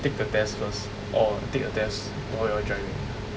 take the test first or take the test while you are driving